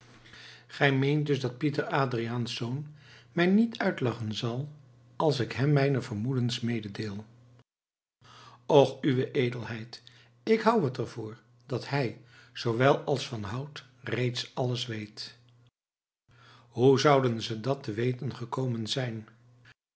gij meent dus dat pieter adriaensz mij niet uitlachen zal als ik hem mijne vermoedens mededeel och uwe edelheid ik houd het er voor dat hij zoo wel als van hout reeds alles weet hoe zouden ze dat te weten gekomen zijn